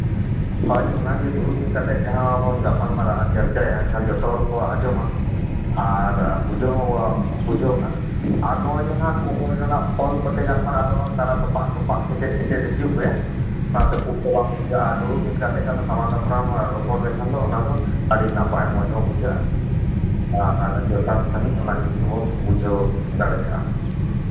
ᱦᱳᱭ ᱚᱱᱟᱜᱮ ᱫᱩᱲᱩᱵ ᱢᱤᱫ ᱠᱟᱛᱮᱫ ᱡᱟᱦᱟᱸ ᱵᱚᱱ ᱜᱟᱯᱟᱞ ᱢᱟᱨᱟᱜᱼᱟ ᱪᱚᱨᱪᱟᱭᱟ ᱮᱰᱮᱠᱷᱟᱱ ᱡᱚᱛᱚ ᱦᱚᱲ ᱠᱚ ᱟᱸᱡᱚᱢᱟ ᱟᱨ ᱵᱩᱡᱷᱟᱹᱣ ᱦᱚᱸ ᱵᱩᱡᱷᱟᱹᱜᱼᱟ ᱟᱨ ᱱᱚᱜᱼᱚᱭ ᱡᱮ ᱦᱟᱸᱜ ᱠᱷᱚᱵᱚᱨ ᱨᱮᱱᱟᱜ ᱯᱷᱳᱱ ᱠᱚᱛᱮ ᱜᱟᱞᱢᱟᱨᱟᱣ ᱫᱚ ᱛᱟᱨᱟ ᱛᱚᱯᱟᱜ ᱛᱚᱯᱟᱜ ᱠᱟᱛᱮᱫ ᱯᱟᱪᱮᱫ ᱦᱤᱡᱩᱜ ᱜᱮ ᱚᱱᱟᱛᱮ ᱥᱩᱠᱷ ᱫᱚ ᱵᱟᱝ ᱵᱩᱡᱷᱟᱹᱜᱼᱟ ᱫᱩᱲᱩᱵ ᱢᱤᱫ ᱠᱟᱛᱮᱫ ᱠᱷᱟᱱ ᱥᱟᱢᱟᱝ ᱫᱟᱯᱨᱟᱢ ᱨᱚᱯᱚᱲ ᱞᱮᱱᱠᱷᱟᱱ ᱚᱱᱟ ᱫᱚ ᱟᱹᱰᱤ ᱱᱟᱯᱟᱭ ᱢᱚᱡᱽ ᱦᱚᱸ ᱵᱩᱡᱷᱟᱹᱜᱼᱟ ᱟᱨ ᱡᱚᱛᱷᱟᱛ ᱥᱟᱺᱦᱤᱡ ᱚᱱᱟ ᱡᱤᱱᱤᱥ ᱵᱚᱱ ᱵᱩᱡᱷᱟᱹᱣ ᱫᱟᱲᱮᱭᱟᱜᱼᱟ